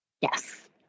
Yes